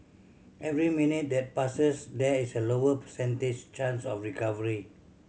every minute that passes there is a lower percentage chance of recovery